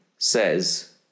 says